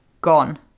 Gone